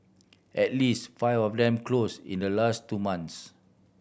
at least five of them close in the last two months